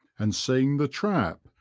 and seeing the trap,